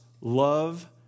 love